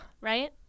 Right